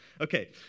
okay